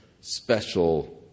special